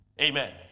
Amen